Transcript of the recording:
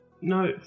No